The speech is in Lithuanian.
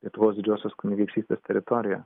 lietuvos didžiosios kunigaikštystės teritorijoje